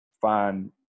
find